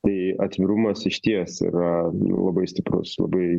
tai atvirumas išties yra labai stiprus labai